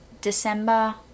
December